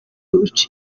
uca